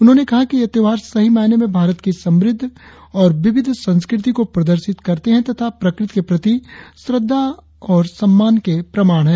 उन्होंने कहा कि ये त्यौहार सही मायने में भारत की समृद्ध और विविध संस्कृति को प्रदर्शित करते है तथा प्रकृति के प्रति श्रद्दा और सम्मान के प्रमाण हैं